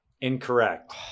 Incorrect